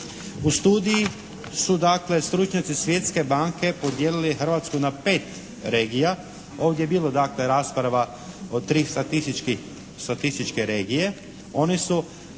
U studiji su dakle stručnjaci Svjetske banke podijelili Hrvatsku na 5 regija. Ovdje je bilo dakle rasprava o tri statistički,